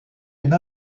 une